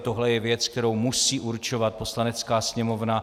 Tohle je věc, kterou musí určovat Poslanecká sněmovna.